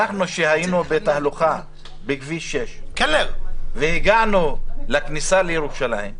אנחנו שהיינו בתהלוכה בכביש 6 והגענו לכניסה לירושלים,